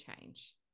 change